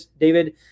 David